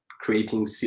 creating